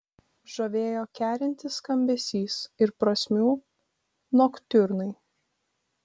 žavėjo kerintis skambesys ir prasmių noktiurnai